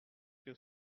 que